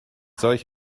solch